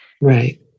Right